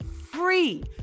Free